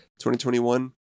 2021